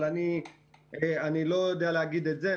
אבל אני לא יודע להגיד את זה.